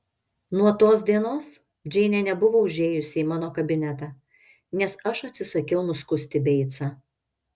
nuo tos dienos džeinė nebuvo užėjusi į mano kabinetą nes aš atsisakiau nuskusti beicą